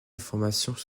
informations